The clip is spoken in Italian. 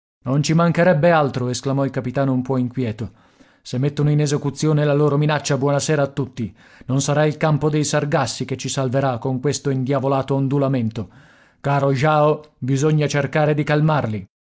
non ci mancherebbe altro esclamò il capitano un po inquieto se mettono in esecuzione la loro minaccia buona sera a tutti non sarà il campo dei sargassi che ci salverà con questo indiavolato ondulamento caro jao bisogna cercare di calmarli